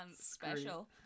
special